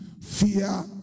fear